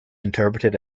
interpreted